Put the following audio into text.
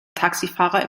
taxifahrer